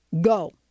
go